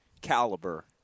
caliber